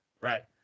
Right